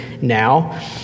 now